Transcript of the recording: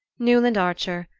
newland archer,